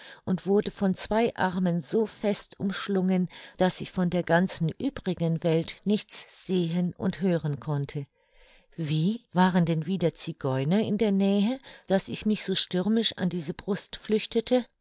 und wurde von zwei armen so fest umschlungen daß ich von der ganzen übrigen welt nichts sehen und hören konnte wie waren denn wieder zigeuner in der nähe daß ich mich so stürmisch an diese brust flüchtete